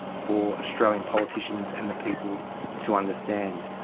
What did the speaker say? for australian politicians and the people to understand.